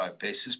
basis